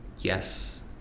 yes